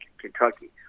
Kentucky